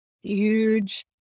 huge